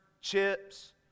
chips